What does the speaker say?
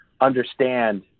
understand